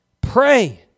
pray